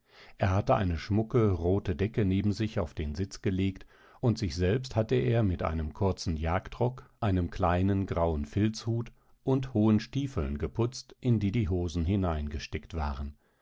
er hatte eine schmucke rote decke neben sich auf den sitz gelegt und sich selbst hatte er mit einem kurzen jagdrock einem kleinen grauen filzhut und hohen stiefeln geputzt in die die hosen hineingesteckt waren